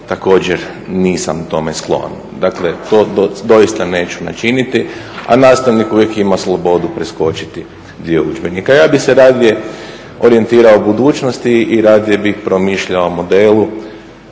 također nisam tome sklon. Dakle to doista neću učiniti, a nastavnik uvijek ima slobodu preskočiti dio udžbenika. Ja bih se radije orijentirao budućnosti i radije bih promišljao o modelu